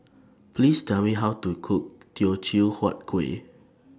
Please Tell Me How to Cook Teochew Huat Kuih